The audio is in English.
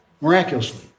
miraculously